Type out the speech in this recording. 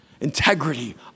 integrity